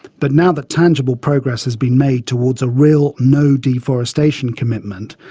but now that tangible progress has been made towards a real no deforestation commitment,